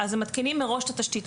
הם מתקינים מראש את התשתית.